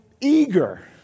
eager